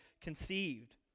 conceived